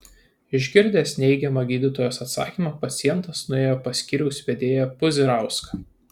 išgirdęs neigiamą gydytojos atsakymą pacientas nuėjo pas skyriaus vedėją puzirauską